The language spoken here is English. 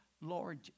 Lord